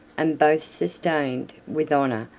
and both sustained, with honor,